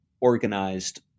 organized